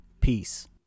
peace